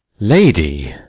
lady,